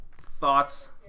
thoughts